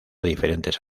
diferentes